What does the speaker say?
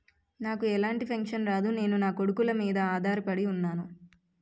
నాకు ఎలాంటి పెన్షన్ రాదు నేను నాకొడుకుల మీద ఆధార్ పడి ఉన్నాను